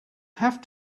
have